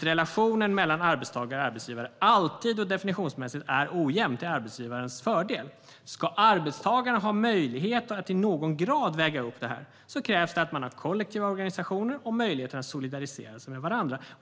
Relationen mellan arbetstagare och arbetsgivare är alltid och definitionsmässigt ojämn till arbetsgivarens fördel. Ska arbetstagarna ha möjlighet att i någon grad väga upp detta krävs det att det finns kollektiva organisationer och möjligheten att solidarisera sig med varandra.